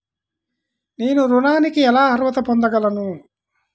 నేను ఋణానికి ఎలా అర్హత పొందగలను?